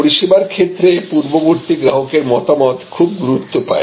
পরিষেবার ক্ষেত্রে পূর্ববর্তী গ্রাহকের মতামত খুব গুরুত্ব পায়